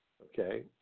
Okay